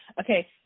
okay